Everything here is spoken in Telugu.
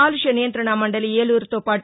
కాలుష్య నియంత్రణా మండలి ఏలూరుతో పాటు